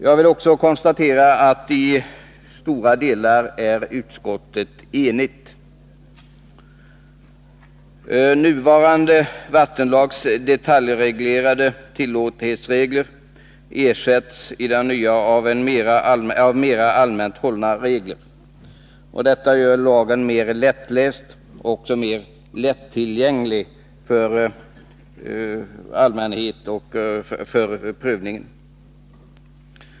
Jag noterar också att i stora delar är utskottet enigt. Den nuvarande vattenlagens detaljreglerande tillåtlighetsregler ersätts i den nya av mera allmänt hållna regler, och detta gör lagen mer lättläst och mer lättillgänglig för allmänheten och för prövning.